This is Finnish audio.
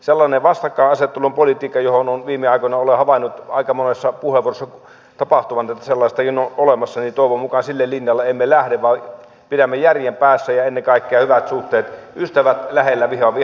sellaisen vastakkainasettelun politiikan linjalle jota olen viime aikoina havainnut aika monessa puheenvuorossa että sellaistakin on olemassa toivon mukaan emme lähde vaan pidämme järjen päässä ja ennen kaikkea hyvät suhteet ystävät lähellä vihamiehet kaukana